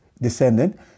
descendant